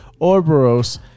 Orboros